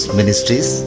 Ministries